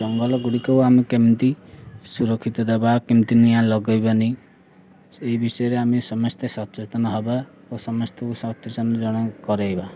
ଜଙ୍ଗଲଗୁଡ଼ିକୁ ଆମେ କେମିତି ସୁରକ୍ଷିତ ଦେବା କେମିତି ନିଆଁ ଲଗାଇବାନି ଏ ବିଷୟରେ ଆମେ ସମସ୍ତେ ସଚେତନ ହେବା ଓ ସମସ୍ତଙ୍କୁ ସଚେତନ କରାଇବା